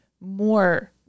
more